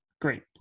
great